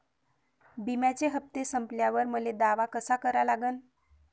बिम्याचे हप्ते संपल्यावर मले दावा कसा करा लागन?